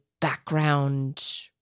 background